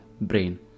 brain